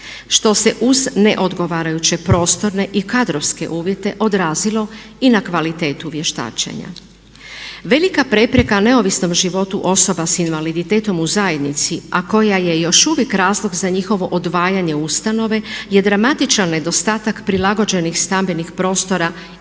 što se uz neodgovarajuće prostorne i kadrovske uvjete odrazilo i na kvalitetu vještačenja. Velika prepreka neovisnom životu osoba s invaliditetom u zajednici a koja je još uvijek razlog za njihovo odvajanje ustanove je dramatičan nedostatak prilagođenih stambenih prostora